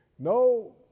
No